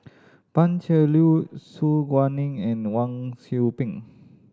Pan Cheng Lui Su Guaning and Wang Sui Pick